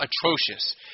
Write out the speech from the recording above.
atrocious